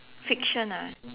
fiction ah